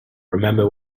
remember